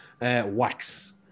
Wax